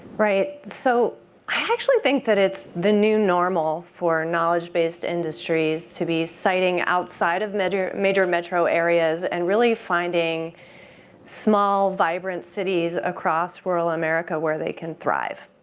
right. so i actually think that it's the new normal for knowledge-based industries to be siting outside of major major metro areas and really finding small, vibrant cities across rural america where they can thrive.